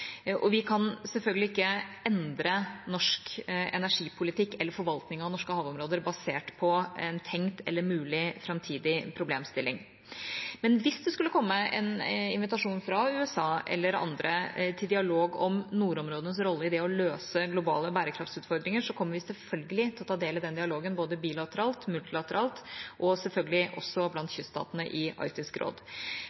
Vi kan selvfølgelig ikke endre norsk energipolitikk eller forvaltning av norske havområder basert på en tenkt eller mulig framtidig problemstilling, men hvis det skulle komme en invitasjon fra USA eller andre til dialog om nordområdenes rolle i det å løse globale bærekraftsutfordringer, kommer vi selvfølgelig til å ta del i den dialogen, både bilateralt, multilateralt og selvfølgelig også blant